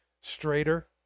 straighter